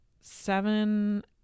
seven